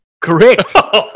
Correct